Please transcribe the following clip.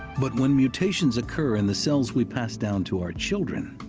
but when mutations occur in the cells we pass down to our children,